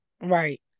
Right